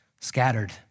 scattered